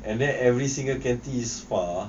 and then every single canteen is far